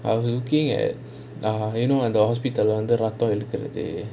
I was looking at err you know on the hospital [one] வந்து ரத்தம் எடுக்குறது:vanthu ratham edukurathu